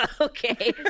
Okay